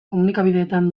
komunikabideetan